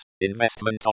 investment